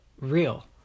real